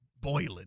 boiling